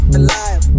alive